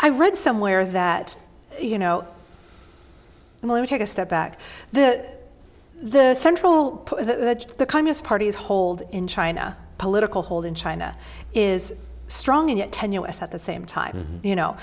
i read somewhere that you know well you take a step back the the central the communist party is hold in china political hold in china is strong and yet tenuous at the same time you know